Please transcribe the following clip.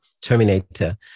Terminator